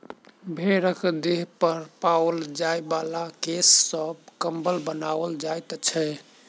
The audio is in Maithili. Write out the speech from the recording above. भेंड़क देह पर पाओल जाय बला केश सॅ कम्बल बनाओल जाइत छै